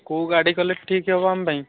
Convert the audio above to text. କେଉଁ ଗାଡ଼ି କଲେ ଠିକ୍ ହବ ଆମ ପାଇଁ